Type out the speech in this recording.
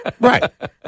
Right